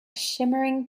shimmering